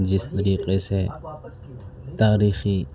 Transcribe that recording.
جس طریقے سے تاریخی